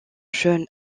jeunes